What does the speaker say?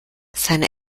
seine